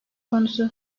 konusu